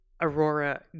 Aurora